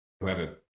whoever